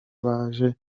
baje